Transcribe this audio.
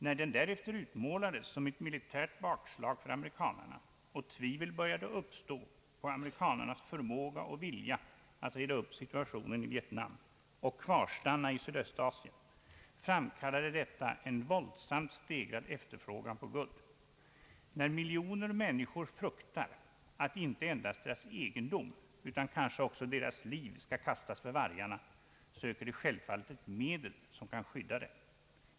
När den därefter utmålades som ett militärt bakslag för amerikanerna och tvivel började uppstå på amerikanernas förmåga och vilja att reda upp situationen i Vietnam och kvarstanna i Sydöstasien, framkallade detta en våldsamt stegrad efterfrågan på guld. När miljoner människor fruktar att inte endast deras egendom utan kanske också deras liv skall kastas för vargarna, söker de självfallet ett medel som kan skydda dem.